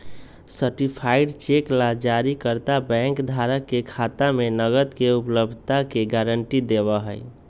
certified cheque ला जारीकर्ता bank धारक के खाता में नकद के उपलब्धता के गारंटी देवा हई